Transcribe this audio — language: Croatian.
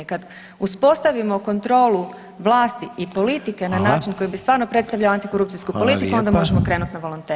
Kad uspostavimo kontrolu vlasti i politike na način koji bi stvarno predstavljao antikorupcijsku politiku onda možemo krenut na volontere.